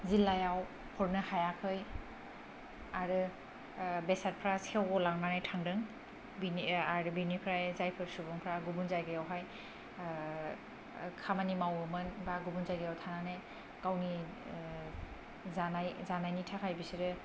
जिल्लायाव हरनो हायाखै आरो ओ बेसादफ्रा सेवग'लांनानै थांदों बिनि ओ आरो बिनिफ्राय जायफोर सुबुंफ्रा गुबुन जायगावहाय ओ खामानि मावोमोन एबा गुबुन जायगायाव थानानै गावनि ओ जानायनि थाखाय बिसोरो